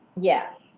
Yes